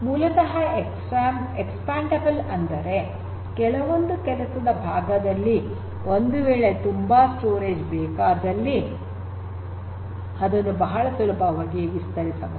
ಮೂಲತಃ ಎಕ್ಸ್ಪ್ಯಾಂಡೇಬಲ್ ಅಂದರೆ ಕೆಲವೊಂದು ಕೆಲಸದ ಭಾಗದಲ್ಲಿ ಒಂದುವೇಳೆ ತುಂಬಾ ಸಂಗ್ರಹಣೆ ಬೇಕಾದಲ್ಲಿ ಅದನ್ನು ಬಹಳ ಸುಲಭವಾಗಿ ವಿಸ್ತರಿಸಬಹುದು